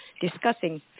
discussing